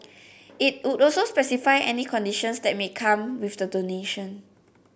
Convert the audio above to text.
it would also specify any conditions that may come with the donation